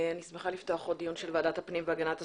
אני שמחה לפתוח עוד דיון של ועדת הפנים והגנת הסביבה.